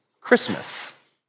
Christmas